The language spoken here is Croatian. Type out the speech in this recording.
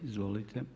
Izvolite.